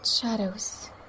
shadows